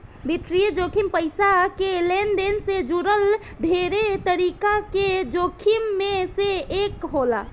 वित्तीय जोखिम पईसा के लेनदेन से जुड़ल ढेरे तरीका के जोखिम में से एक होला